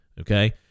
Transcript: Okay